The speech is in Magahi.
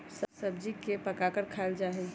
सब्जी के पकाकर खायल जा हई